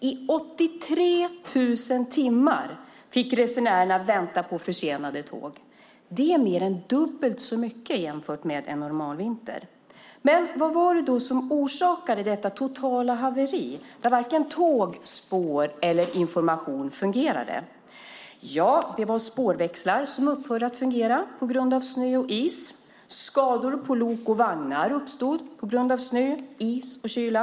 I 83 000 timmar fick resenärerna vänta på försenade tåg. Det är mer än dubbelt så mycket som under en normalvinter. Vad var det då som orsakade detta totala haveri, där varken tåg, spår eller information fungerade? Det var spårväxlar som upphörde att fungera på grund av snö och is. Skador på lok och vagnar uppstod på grund av snö, is och kyla.